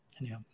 anyhow